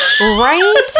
right